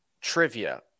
trivia